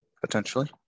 potentially